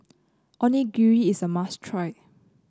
onigiri is a must try